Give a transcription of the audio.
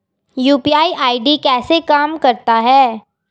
UPI ID कैसे काम करता है?